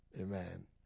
Amen